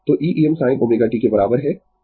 तो e Em sin ω t के बराबर है